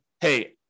hey